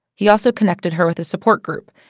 he also connected her with a support group,